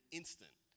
instant